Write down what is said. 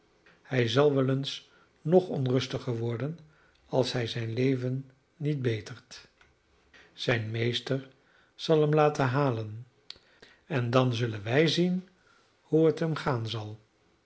hij zal wel eens nog onrustiger worden als hij zijn leven niet betert zijn meester zal hem laten halen en dan zullen wij zien hoe het hem gaan zal